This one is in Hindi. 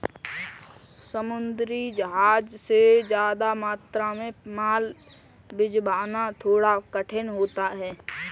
समुद्री जहाज से ज्यादा मात्रा में माल भिजवाना थोड़ा कठिन होता है